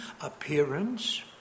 appearance